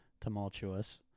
tumultuous